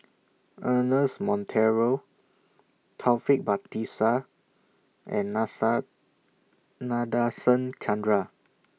Ernest Monteiro Taufik Batisah and Nasa Nadasen Chandra